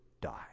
die